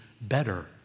better